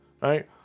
right